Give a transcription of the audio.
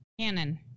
Cannon